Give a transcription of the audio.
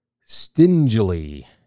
stingily